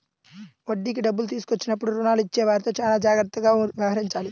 వడ్డీకి డబ్బులు తీసుకున్నప్పుడు రుణాలు ఇచ్చేవారితో చానా జాగ్రత్తగా వ్యవహరించాలి